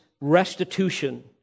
restitution